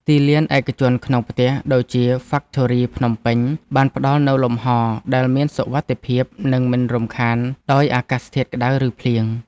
ទីលានឯកជនក្នុងផ្ទះ ដូចជា ហ្វាក់ថូរី ភ្នំពេញ បានផ្ដល់នូវលំហដែលមានសុវត្ថិភាព និងមិនរំខានដោយអាកាសធាតុក្ដៅ ឬភ្លៀង។